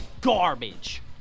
garbage